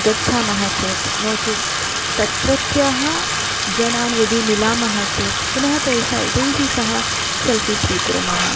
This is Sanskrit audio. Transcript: गच्छामः चेत् नो चेत् तत्रत्याः जनान् यदि मिलामः चेत् पुनः तेषा तैः सह सेल्फ़ी स्वीकुर्मः